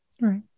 Right